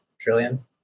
trillion